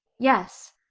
yes.